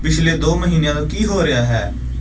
ਪਿਛਲੇ ਦੋ ਮਹੀਨਿਆਂ ਤੋਂ ਕੀ ਹੋ ਰਿਹਾ ਹੈ